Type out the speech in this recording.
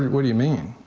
what do you mean?